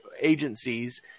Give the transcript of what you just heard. agencies